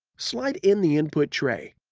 slide in the input tray.